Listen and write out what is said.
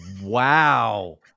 wow